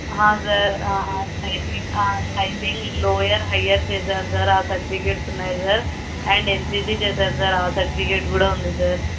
sir typing typing lower higher చేసాను sir ఆ certificates ఉన్నాయి సార్ అండ్ ఎన్సిసి చేసాను సార్ ఆ సర్టిఫికేట్ కూడా ఉంది సార్